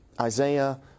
Isaiah